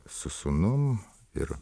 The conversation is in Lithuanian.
su sūnum ir